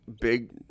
big